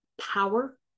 power